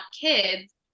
kids